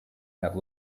have